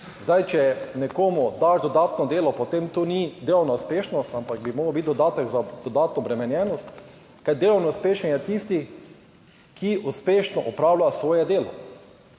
Zdaj, če nekomu daš dodatno delo, potem to ni delovna uspešnost, ampak bi moral biti dodatek za dodatno obremenjenost. Kar delovno uspešen je tisti, ki uspešno opravlja svoje delo.